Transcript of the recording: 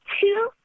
Two